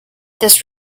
this